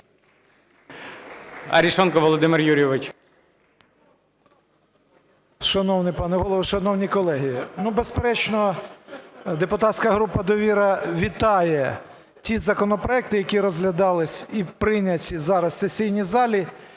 Шановний пане Голово, шановні колеги! Безперечно, депутатська група "Довіра" вітає ті законопроекти, які розглядались і прийняті зараз у сесійній залі,